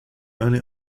only